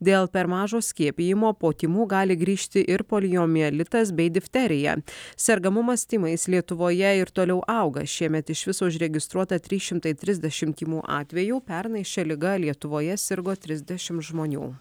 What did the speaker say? dėl per mažo skiepijimo po tymų gali grįžti ir poliomielitas bei difterija sergamumas tymais lietuvoje ir toliau auga šiemet iš viso užregistruota trys šimtai trisdešim tymų atvejų pernai šia liga lietuvoje sirgo trisdešim žmonių